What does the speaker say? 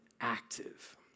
active